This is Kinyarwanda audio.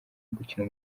gukina